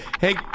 hey